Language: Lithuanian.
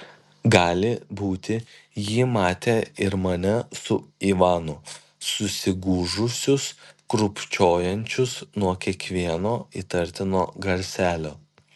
gali būti ji matė ir mane su ivanu susigūžusius krūpčiojančius nuo kiekvieno įtartino garselio